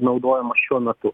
naudojamas šiuo metu